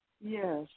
Yes